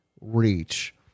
reach